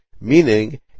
meaning